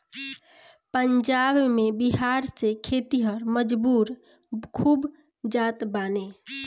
पंजाब में बिहार से खेतिहर मजूर खूब जात बाने